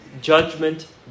judgment